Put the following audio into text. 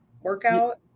workout